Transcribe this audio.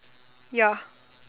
ya